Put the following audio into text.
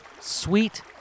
sweet